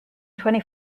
twenty